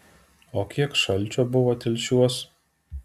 o kiek šalčio buvo telšiuos